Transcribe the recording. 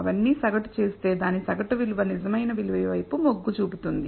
అవన్నీ సగటు చేస్తే దాని సగటు విలువ నిజమైన విలువ వైపు మొగ్గు చూపుతుంది